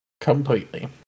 Completely